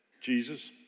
Jesus